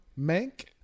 Mank